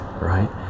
right